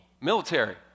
military